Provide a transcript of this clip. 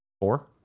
Four